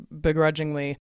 begrudgingly